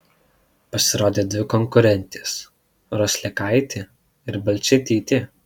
pasirodė dvi konkurentės roslekaitė ir balčėtytė